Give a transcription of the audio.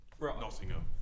Nottingham